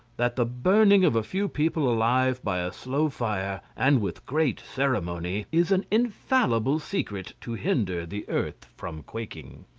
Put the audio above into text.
that the burning of a few people alive by a slow fire, and with great ceremony, is an infallible secret to hinder the earth from quaking.